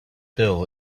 bill